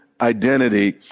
identity